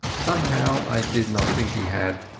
somehow i did not think he had,